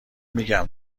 میگم